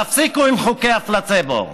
תפסיקו עם חוקי הפלצבו.